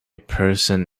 person